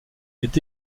est